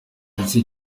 gice